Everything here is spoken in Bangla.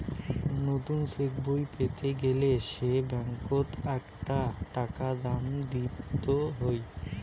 নতুন চেকবই পেতে গেলে সে ব্যাঙ্কত আকটা টাকা দাম দিত হই